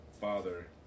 father